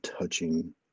touching